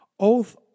Oath